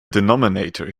denominator